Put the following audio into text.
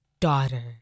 Daughter